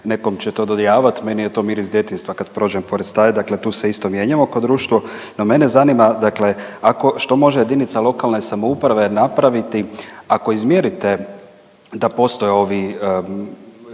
nekom će to dodijavat, meni je to miris djetinjstva kad prođem pored staje, dakle tu se isto mijenjamo kao društvo. No, mene zanima dakle ako što može jedinica lokalne samouprave napraviti ako izmjerite da postoje ovi